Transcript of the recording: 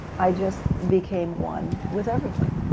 i just became one with everything.